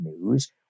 news